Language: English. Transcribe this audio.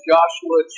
Joshua